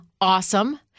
awesome